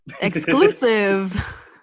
Exclusive